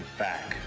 back